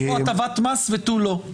יש פה הטבת מס ותו לא.